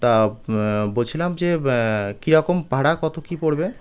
তা বলছিলাম যে কীরকম ভাড়া কত কী পড়বে